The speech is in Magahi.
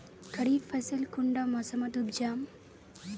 खरीफ फसल कुंडा मोसमोत उपजाम?